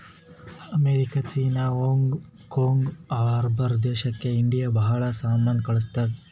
America, China, Hong Kong, ಅರಬ್ ದೇಶಕ್ India ಭಾಳ ಸಾಮಾನ್ ಕಳ್ಸುತ್ತುದ್